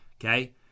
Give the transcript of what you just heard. okay